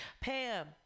Pam